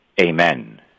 Amen